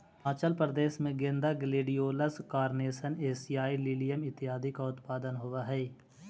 हिमाचल प्रदेश में गेंदा, gladiolus, carnation, एशियाई लिलियम इत्यादि का उत्पादन होवअ हई